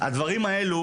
הדברים האלה